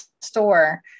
store